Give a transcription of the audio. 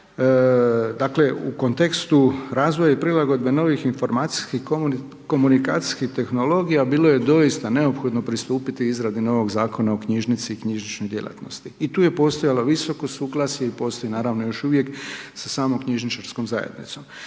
dakle u kontekstu razvoja i prilagodbe novih informacijskih i komunikacijskih tehnologija, bilo je doista neophodno pristupiti izradi novog Zakona o knjižnici i knjižničnoj djelatnosti. I tu je postojalo visoko suglasje i postoji naravno još uvijek sa samom knjižničarskom zajednicom.